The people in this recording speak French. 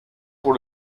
pour